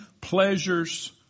pleasures